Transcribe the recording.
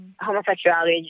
homosexuality